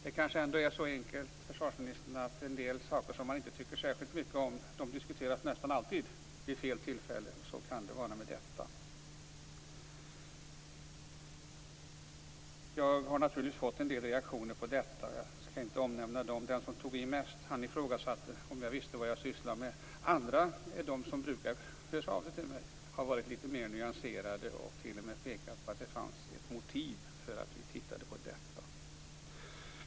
Det kanske ändå är så enkelt, försvarsministern, att en del saker som man inte tycker särskilt mycket om nästan alltid diskuteras vid fel tillfälle. Så kan det vara med detta. Jag har naturligtvis fått en del reaktioner på detta. Jag skall inte omnämna dem. Den som tog i mest ifrågasatte om jag visste vad jag sysslade med. Andra, de som brukar höra av sig till mig, har varit mer nyanserade och t.o.m. pekat på att det fanns ett motiv för att vi tittade på detta.